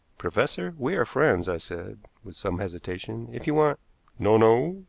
professor, we are friends, i said, with some hesitation. if you want no, no,